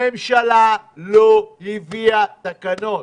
הממשלה לא הביאה תקנות.